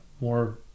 more